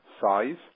size